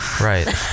Right